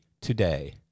today